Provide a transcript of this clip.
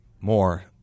more